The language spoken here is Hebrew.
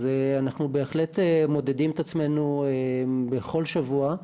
אנחנו בהחלט מודדים את עצמנו בכל שבוע.